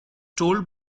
told